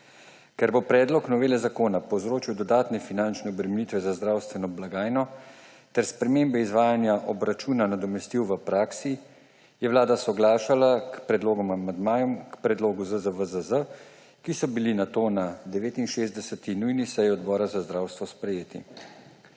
Ker bo predlog novele zakona povzročil dodatne finančne obremenitve za zdravstveno blagajno ter spremembe izvajanja obračuna nadomestil v praksi, je Vlada soglašala s predlogom amandmajev k ZZVZZ, ki so bili nato na 69. nujni seji Odbora za zdravstvo sprejeti.